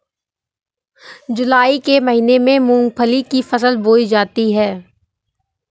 जूलाई के महीने में मूंगफली की फसल बोई जाती है